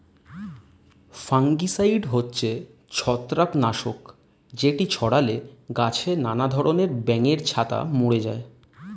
fungicide হচ্ছে ছত্রাক নাশক যেটি ছড়ালে গাছে নানা ধরণের ব্যাঙের ছাতা মরে যায়